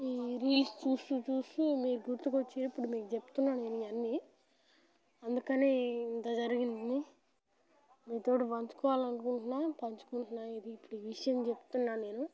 ఈ రీల్స్ చూస్తు చూస్తు మీరు గుర్తుకువచ్చి ఇప్పుడు మీకు చెప్తున్నాను ఇవ్వన్ని అందుకు ఇంత జరిగింది మీతో పంచుకోవాలి అనుకుంటున్నాను పంచుకుంటున్నాను ఇది ఇప్పుడు ఈ విషయం చెప్తున్నాను నేను